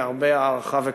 בהרבה הערכה וכבוד.